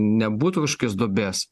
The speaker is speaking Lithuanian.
nebūtų kažokios duobės